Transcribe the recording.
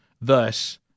thus